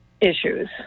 issues